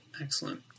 excellent